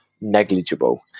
negligible